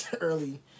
early